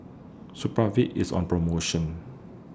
Supravit IS on promotion